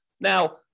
Now